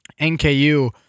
NKU